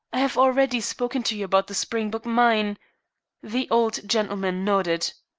i have already spoken to you about the springbok mine the old gentleman nodded.